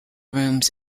rooms